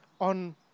on